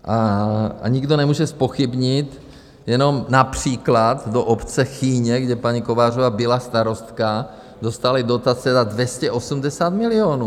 A nikdo nemůže zpochybnit, jenom například do obce Chýně, kde paní Kovářová byla starostka, dostali dotace za 280 milionů.